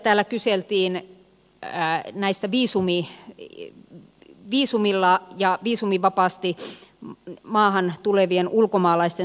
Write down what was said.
täällä kyseltiin viisumilla ja viisumivapaasti maahan tulevien ulkomaalaisten sosiaaliturvasta